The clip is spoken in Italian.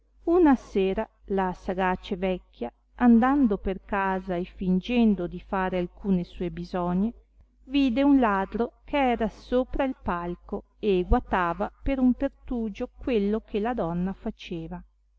una sera la sagace vecchia andando per casa e fìngendo di fare alcune sue bisogne vide un ladro che era sopra il palco e guatava per un pertugio quello che la donna faceva